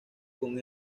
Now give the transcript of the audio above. con